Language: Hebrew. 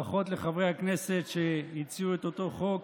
ברכות לחברי הכנסת שהציעו את אותו חוק.